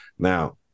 Now